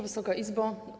Wysoka Izbo!